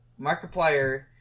Markiplier